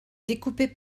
découpé